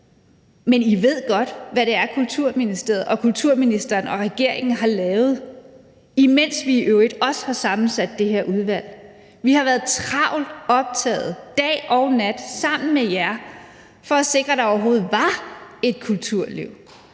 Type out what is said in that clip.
men I ved godt, hvad Kulturministeriet og kulturministeren og regeringen har lavet. Imens vi i øvrigt også har sammensat det her udvalg, har vi været travlt optaget dag og nat sammen med jer for at sikre, at der overhovedet var et kulturliv,